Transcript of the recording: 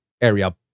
area